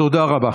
תודה רבה.